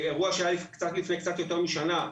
אירוע שהיה לפני קצת יותר משנה,